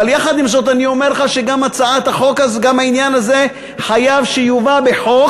אבל יחד עם זאת אני אומר לך שגם העניין הזה חייב שיובא בחוק,